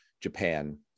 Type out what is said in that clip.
Japan